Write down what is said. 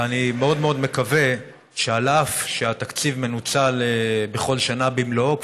ואני מאוד מאוד מקווה שאף שהתקציב מנוצל בכל שנה במלואו,